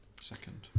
second